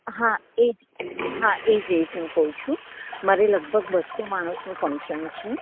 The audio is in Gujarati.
હા એજ હા એજ એજ હું કહું છું મારે લગભગ બસો માણસનું ફંકશન છે